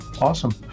awesome